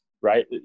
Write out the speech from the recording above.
right